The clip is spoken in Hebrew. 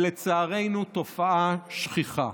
ולצערנו תופעה שכיחה.